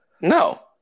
No